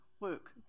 work